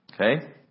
Okay